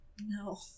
No